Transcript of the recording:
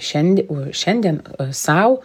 šiandie šiandien sau